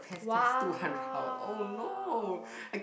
!wow!